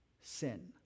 sin